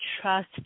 trust